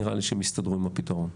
נראה לי שהם יסתדרו עם הפתרון,